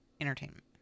entertainment